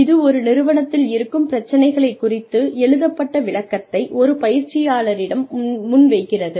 இது ஒரு நிறுவனத்தில் இருக்கும் பிரச்சனை குறித்து எழுதப்பட்ட விளக்கத்தை ஒரு பயிற்சியாளரின் முன்வைக்கிறது